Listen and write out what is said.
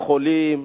לחולים,